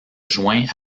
joint